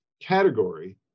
category